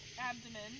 abdomen